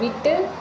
விட்டு